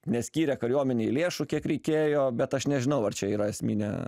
neskyrė kariuomenei lėšų kiek reikėjo bet aš nežinau ar čia yra esminė